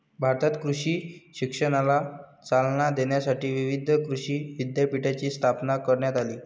भारतात कृषी शिक्षणाला चालना देण्यासाठी विविध कृषी विद्यापीठांची स्थापना करण्यात आली